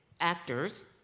actors